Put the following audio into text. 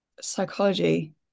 Psychology